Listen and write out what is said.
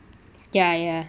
ya ya